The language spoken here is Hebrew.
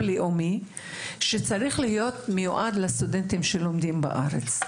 שצריך להיות מיועד לסטודנטים שלומדים בארץ.